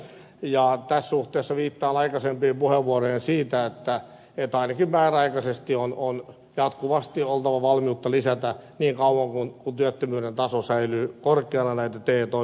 ja tässä suhteessa viittaan aikaisempiin puheenvuoroihin siitä että ainakin määräaikaisesti on jatkuvasti oltava valmiutta lisätä näitä te toimistojen resursseja niin kauan kun työttömyyden taso säilyy korkeana